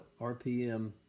RPM